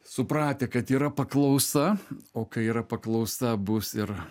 supratę kad yra paklausa o kai yra paklausa bus ir